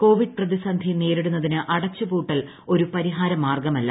Covid പ്രതിസന്ധി നേരിടുന്നതിന് അടച്ചുഷ്ട്ടിട്ടൽ ഒരു പരിഹാര മാർഗമല്ല